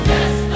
Yes